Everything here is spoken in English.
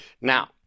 Now